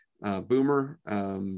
Boomer